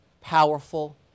powerful